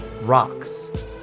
rocks